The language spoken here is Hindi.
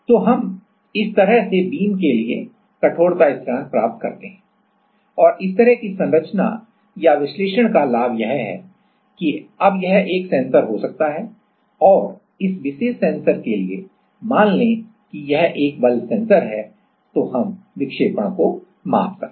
तो हम इस तरह के बीम के लिए कठोरता स्थिरांक प्राप्त करते हैं और इस तरह की संरचना या विश्लेषण का लाभ यह है कि अब यह एक सेंसर हो सकता है और इस विशेष सेंसर के लिए मान लें कि यह एक बल सेंसर है तो हम विक्षेपण को माप सकते हैं